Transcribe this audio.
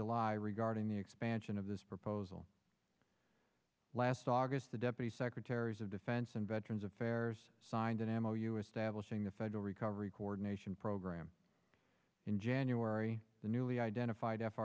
july regarding the expansion of this proposal last august the deputy secretaries of defense and veterans affairs signed an m o u establishing the federal recovery coordination program in january the newly identif